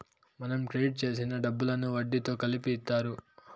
మనం క్రెడిట్ చేసిన డబ్బులను వడ్డీతో కలిపి ఇత్తారు